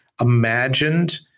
imagined